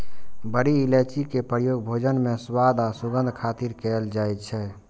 बड़ी इलायची के प्रयोग भोजन मे स्वाद आ सुगंध खातिर कैल जाइ छै